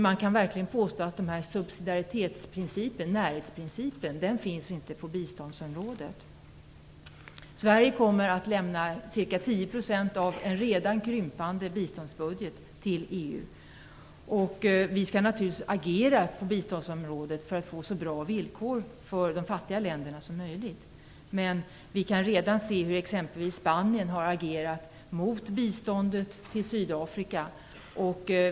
Man kan verkligen påstå att subsidiaritetsprincipen, närhetsprincipen, inte finns på biståndsområdet. Sverige kommer att lämna ca 10 % av en redan krympande biståndsbudget till EU. Vi skall naturligtvis agera för att få så bra villkor som möjligt för de fattiga länderna, men vi kan redan se hur exempelvis Spanien har agerat mot biståndet till Sydafrika.